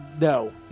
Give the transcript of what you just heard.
No